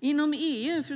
Fru talman!